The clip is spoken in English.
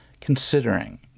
Considering